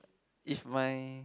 if my